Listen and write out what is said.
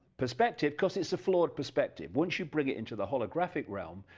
perspective, because it's a flawed perspective. once you bring it into the holographic realm,